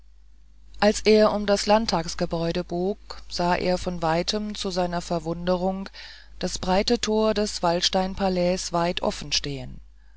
als er um das landtagsgebäude bog sah er von weitem zu seiner verwunderung das breite tor des waldsteinpalais weit